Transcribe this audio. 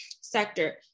sector